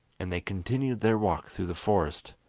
and they continued their walk through the forest.